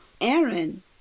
Aaron